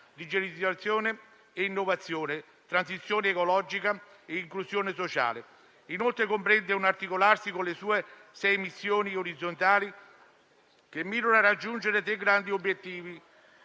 digitalizzazione e innovazione, transizione ecologica e inclusione sociale. Inoltre, comprende un articolarsi con le sue sei missioni orizzontali, che mirano a raggiungere dei grandi obiettivi